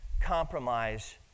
compromise